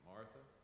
Martha